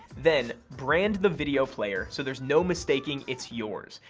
then, brand the video player so there's no mistaking it's yours.